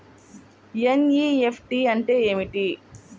NEFT అంటే ఏమిటి?